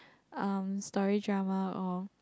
um story drama or